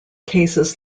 cases